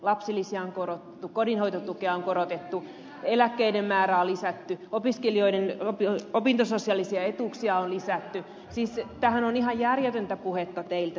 lapsilisiä on korotettu kodinhoitotukea on korotettu eläkkeiden määrää on lisätty opiskelijoiden opintososiaalisia etuuksia on lisätty siis tämähän on ihan järjetöntä puhetta teiltä sieltä